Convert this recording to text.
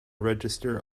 register